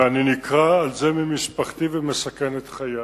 ואני נקרע על זה ממשפחתי ומסכן את חיי.